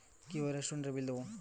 কিভাবে রেস্টুরেন্টের বিল দেবো?